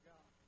God